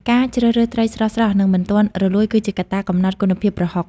ការជ្រើសរើសត្រីស្រស់ៗ និងមិនទាន់រលួយគឺជាកត្តាកំណត់គុណភាពប្រហុក។